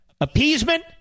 Appeasement